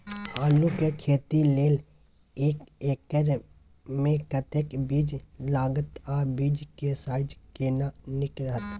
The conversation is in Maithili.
आलू के खेती लेल एक एकर मे कतेक बीज लागत आ बीज के साइज केना नीक रहत?